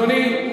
מועמד.